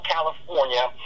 California